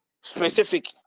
specific